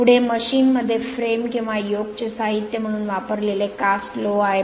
पुढे मशीन मध्ये फ्रेम किंवा योक चे साहित्य म्हणून वापरलेले कास्ट लोह आहे